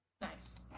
Nice